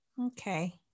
Okay